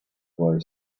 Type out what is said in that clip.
boy